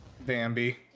Bambi